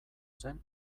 zen